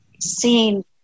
seeing